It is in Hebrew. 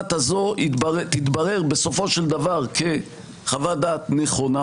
וחוות-הדעת הזאת תתברר בסופו של דבר כחוות-דעת נכונה,